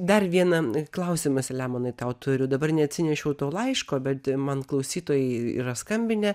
dar vieną klausimą selemonai tau turiu dabar neatsinešiau to laiško bet man klausytojai yra skambinę